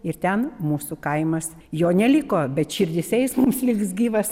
ir ten mūsų kaimas jo neliko bet širdyse jis mums liks gyvas